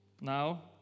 Now